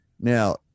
Now